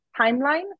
timeline